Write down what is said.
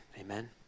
Amen